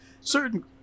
certain